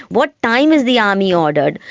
what time is the army ordered,